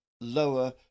Lower